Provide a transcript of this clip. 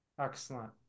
Excellent